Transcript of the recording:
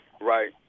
right